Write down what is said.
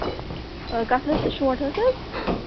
کَتھ حظ شونٛٹھس حظ